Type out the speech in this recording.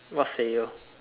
what's Sanyo